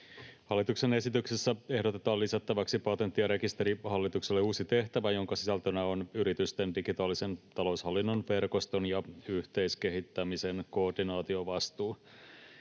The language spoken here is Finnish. Hallituksen esityksessä ehdotetaan lisättäväksi Patentti‑ ja rekisterihallitukselle uusi tehtävä, jonka sisältönä on yritysten digitaalisen taloushallinnon verkoston ja yhteiskehittämisen koordinaatiovastuu.